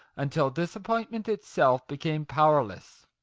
until disap pointment itself became powerless!